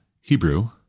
Hebrew